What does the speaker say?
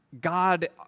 God